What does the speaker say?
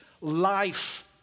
life